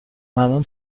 ممنون